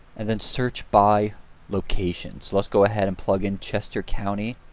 and then search by location. so let's go a head and plug in chester county